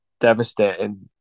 Devastating